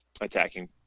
attacking